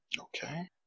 Okay